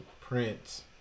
Prince